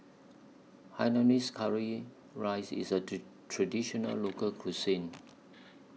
Hainanese Curry Rice IS A Traditional Local Cuisine